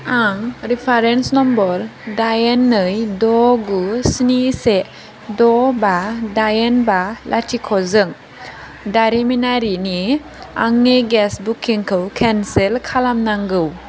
आं reference number दाइन नै द' गु स्नि से द' बा दाइन बा लाथिख'जों दारिमिनारिनि आंनि गेस बुकिंखौ केन्सेल खालामनांगौ